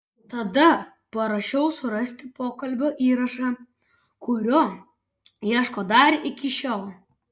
tada parašiau surasti pokalbio įrašą kurio ieško dar iki šiol